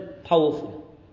powerful